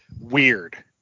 Weird